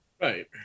right